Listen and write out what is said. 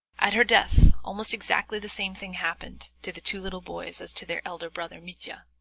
at her death almost exactly the same thing happened to the two little boys as to their elder brother, mitya.